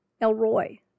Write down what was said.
Elroy